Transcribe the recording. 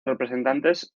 representantes